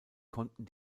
konnten